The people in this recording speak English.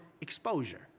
exposure